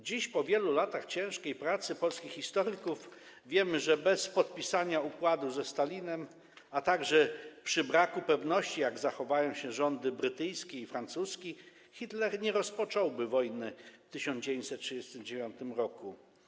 Dziś po wielu latach ciężkiej pracy polskich historyków wiemy, że bez podpisania układu ze Stalinem, a także przy braku pewności, jak zachowają się rządy brytyjski i francuski, Hitler nie rozpocząłby wojny w 1939 r.